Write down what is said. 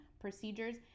procedures